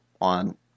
on